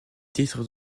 titres